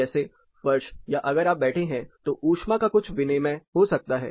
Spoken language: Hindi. जैसे फर्श या अगर आप बैठे हैं तो ऊष्मा का कुछ विनिमय हो सकता है